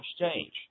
exchange